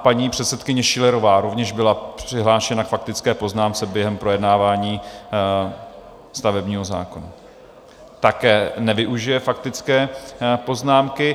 Paní předsedkyně Schillerová rovněž byla přihlášena k faktické poznámce během projednávání stavebního zákona také nevyužije faktické poznámky.